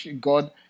God